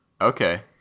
okay